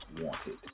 wanted